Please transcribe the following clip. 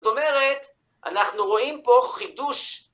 זאת אומרת, אנחנו רואים פה חידוש.